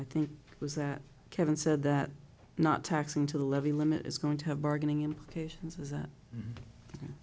i think was that kevin said that not taxing to the levy limit is going to have bargaining implications is that